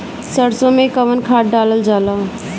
सरसो मैं कवन खाद डालल जाई?